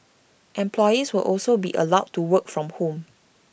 employees will also be allowed to work from home